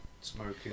smoking